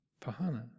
pahana